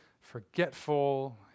forgetful